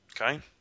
Okay